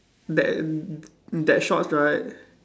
that that shorts right